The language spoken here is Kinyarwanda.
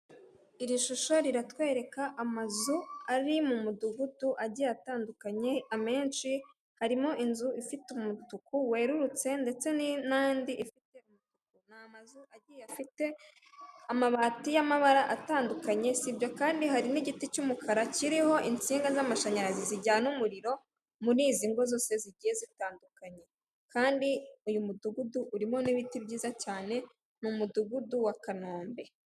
Iri shusho riratwereka amazu ari mu mudugudu agiye atandukanye, amenshi harimo inzu ifite umutuku werurutse, ndetse n'andi agiye afite amabati y'amabara atandukanye. Si ibyo kandi harimo igiti cy'umukara kiriho insinga z'amashanyarazi zijyana umuriro muri izi ngo zose zigiye zitandukanye. Kandi uyu mudugudu urimo n'ibiti byiza cyane, ni umudugudu wa kanombe.